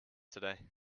today